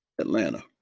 Atlanta